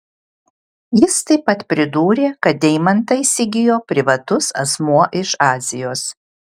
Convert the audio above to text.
jis taip pat pridūrė kad deimantą įsigijo privatus asmuo iš azijos